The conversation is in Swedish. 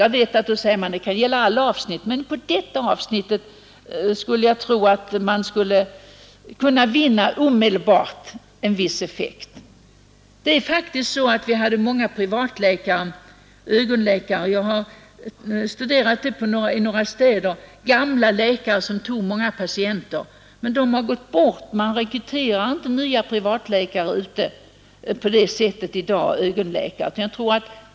Jag vet att man invänder att det lika gärna kan gälla alla avsnitt, men just här skulle man omedelbart kunde vinna mycket. Det fanns tidigare många privata ögonläkare — jag har studerat det i några städer — det var gamla läkare som tog många patienter, som nu har gått bort. Man rekryterar inte nya privata ögonläkare i dag.